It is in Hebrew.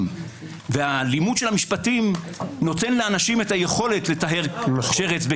האלימות של המשפטים נותן לאנשים את היכולת לטהר שרץ.